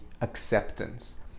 acceptance